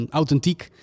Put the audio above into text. authentiek